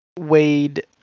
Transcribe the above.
wade